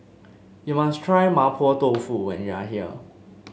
you must try Mapo Tofu when you are here